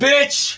Bitch